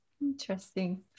Interesting